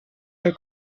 del